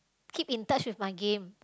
keep in touch with my game